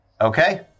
Okay